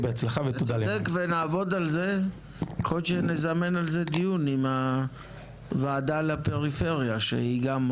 בהתאחדות הסטודנטים אנחנו גם עוסקים לא פעם ולא פעמיים בפריפריה.